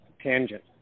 tangent